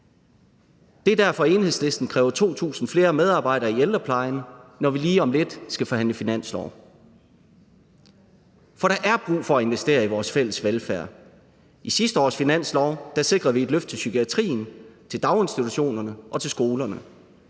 Det er derfor, Enhedslisten kræver 2.000 flere medarbejdere i ældreplejen, når vi lige om lidt skal forhandle finanslov. For der er brug for at investere i vores fælles velfærd. I sidste års finanslov sikrede vi et løft til psykiatrien, til daginstitutionerne og til skolerne.